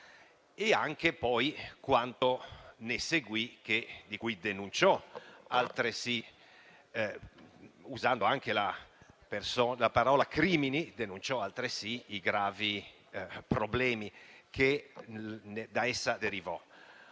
e anche poi quanto ne seguì, di cui denunciò altresì - usando anche la persona la parola crimini - i gravi problemi che da essa derivarono.